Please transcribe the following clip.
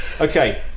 Okay